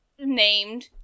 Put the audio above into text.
named